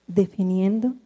definiendo